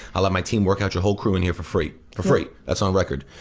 i'll let my team workout your whole crew in here for free. for free that's on record.